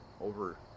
over